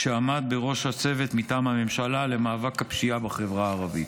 כשעמד בראש הצוות מטעם הממשלה למאבק בפשיעה בחברה הערבית.